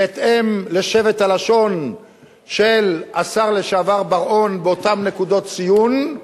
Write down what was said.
בהתאם לשבט הלשון של השר לשעבר בר-און באותן נקודות ציון,